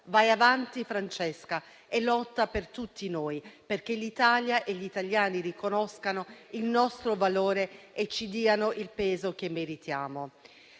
di andare avanti e lottare per tutti noi, perché l'Italia e gli italiani riconoscano il nostro valore e ci diano il peso che meritiamo.